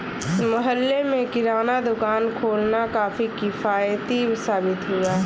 मोहल्ले में किराना दुकान खोलना काफी किफ़ायती साबित हुआ